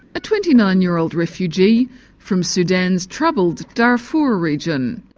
a twenty nine year old refugee from sudan's troubled darfur region.